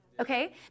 Okay